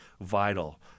vital